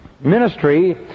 Ministry